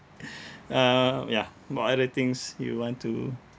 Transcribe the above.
um yeah what other things you want to